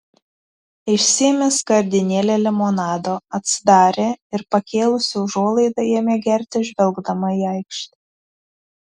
išsiėmė skardinėlę limonado atsidarė ir pakėlusi užuolaidą ėmė gerti žvelgdama į aikštę